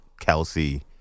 Kelsey